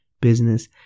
business